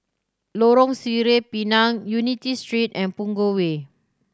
Lorong Sireh Pinang Unity Street and Punggol Way